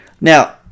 Now